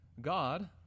God